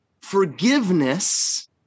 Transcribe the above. forgiveness